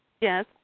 Yes